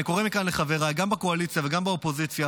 אני קורא מכאן לחבריי בקואליציה ובאופוזיציה